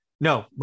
no